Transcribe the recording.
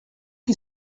qui